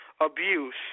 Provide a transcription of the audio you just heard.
abuse